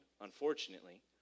unfortunately